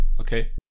Okay